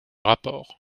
rapport